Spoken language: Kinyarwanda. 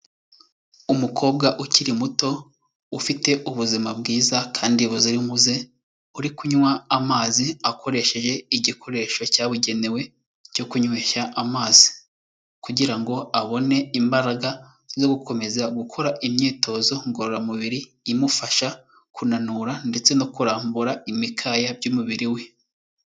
Umukobwa ukiri muto, ufite ubuzima bwiza kandi buzira umuze, uri kunywa amazi akoresheje igikoresho cyabugenewe cyo kunyweshya amazi kugira ngo abone imbaraga zo gukomeza gukora imyitozo ngororamubiri, imufasha kunanura ndetse no kurambura imikaya by'umubiri we.